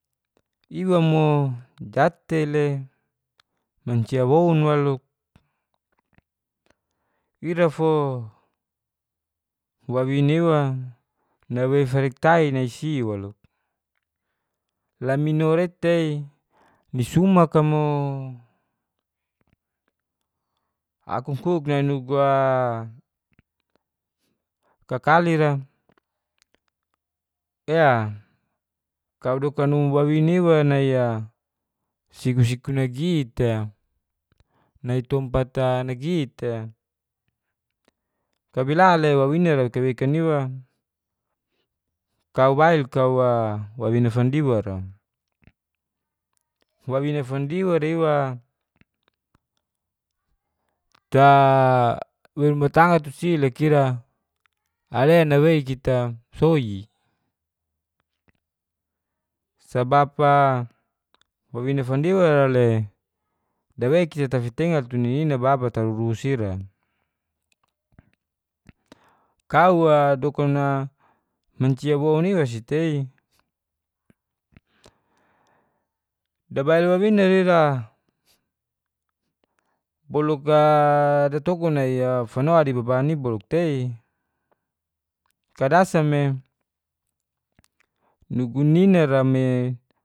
Iwa mo ja te le mancia woun waluk ira fo wawina iwa nawei farek tai nai si waluk lamino re tei ni sumak a mo aku kuk nai nugu a kakali ra ea kau doka numu wawina iwa nai a siku siku nagit e nai tompat a nagit e ka bela le wawina ra wekan wekan iwa kau bail kau a wawina fandiwa ra wawina fandiwa a riwa ta bei ruma tangga tu si leka ira ale na wei kita soi sabab a wawina fandiwa ra le dawei kita tafitengal tu ni nina baba tarurus ira. kau a dokun na mancia woun iwa si tei dabail wawina ra ira boluk a da tokun nai a fano dibaban i boluk tei ka dasa me nugu nina ra me